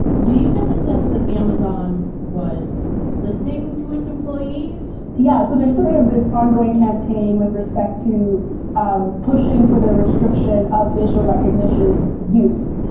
do you get the sense that amazon was listening to its employees? yeah. so there's sort of this ongoing campaign with respect to um pushing for the restriction of facial recognition use.